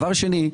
דבר שני,